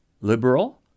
liberal